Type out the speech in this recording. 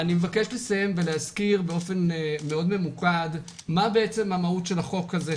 אני מבקש לסיים ולהזכיר באופן מאוד ממוקד מה המהות של החוק הזה,